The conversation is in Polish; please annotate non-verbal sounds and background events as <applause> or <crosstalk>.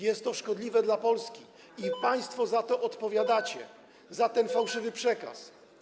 Jest to szkodliwe dla Polski i państwo <noise> za to odpowiadacie - za ten fałszywy przekaz.